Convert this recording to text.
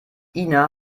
ina